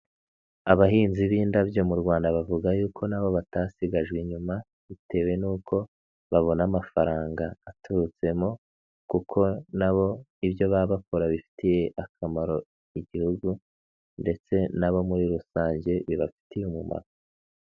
Abahinzi b'indabyo mu Rwanda bavuga yuko na bo batasigajwe inyuma, bitewe nuko babona amafaranga aturutsemo kuko na bo ibyo baba bakora bifitiye akamaro Igihugu ndetse na bo muri rusange bibafitiye umumaro.